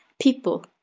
people